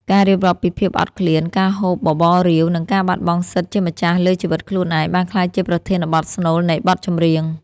ការរៀបរាប់ពីភាពអត់ឃ្លាន ការហូបបបររាវ និងការបាត់បង់សិទ្ធិជាម្ចាស់លើជីវិតខ្លួនឯង បានក្លាយជាប្រធានបទស្នូលនៃបទចម្រៀង។